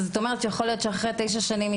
זאת אומרת יכול להיות שאחרי תשע שנים היא